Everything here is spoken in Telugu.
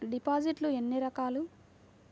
డిపాజిట్లు ఎన్ని రకాలు?